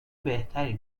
بهتری